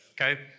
Okay